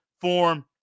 form